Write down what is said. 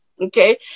Okay